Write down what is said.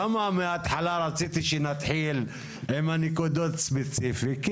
למה מההתחלה רציתי שנתחיל עם הנקודות ספציפית?